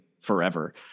forever